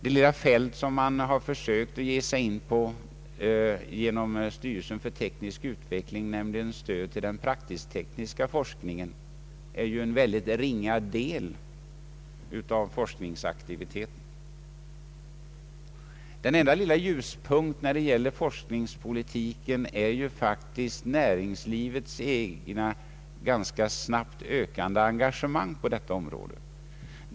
Det lilla fält som man har försökt ge sig in på genom styrelsen för teknisk utveckling, nämligen stöd till den praktisk-tekniska forskningen, är ju en synnerligen ringa del av forskningsaktiviteten. Den enda lilla ljuspunkten när det gäller forskningspolitiken är faktiskt näringslivets egna ganska snabbt ökande engagemang på detta område.